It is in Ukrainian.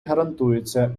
гарантується